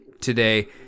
today